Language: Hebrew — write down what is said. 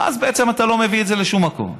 ואז אתה בעצם לא מביא את זה לשום מקום.